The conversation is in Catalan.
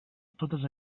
totes